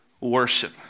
worship